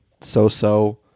so-so